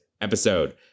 episode